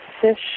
Fish